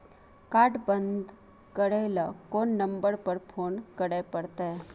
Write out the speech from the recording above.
Card बन्द करे ल कोन नंबर पर फोन करे परतै?